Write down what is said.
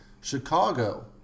Chicago